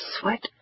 sweat